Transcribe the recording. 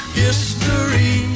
history